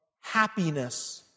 happiness